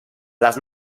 los